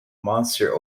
monster